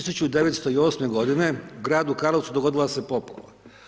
1908. godine u gradu Karlovcu dogodila se poplava.